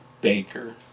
Baker